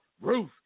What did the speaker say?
Ruth